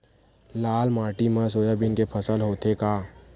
लाल माटी मा सोयाबीन के फसल होथे का?